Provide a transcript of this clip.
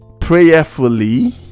prayerfully